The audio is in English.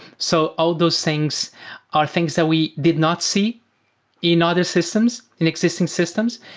so all those things are things that we did not see in other systems, in existing systems,